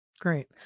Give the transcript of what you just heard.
Great